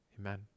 amen